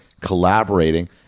collaborating